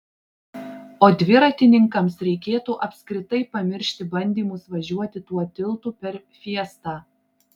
o dviratininkams reikėtų apskritai pamiršti bandymus važiuoti tuo tiltu per fiestą